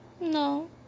No